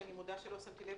שאני מודה שלא שמתי לב,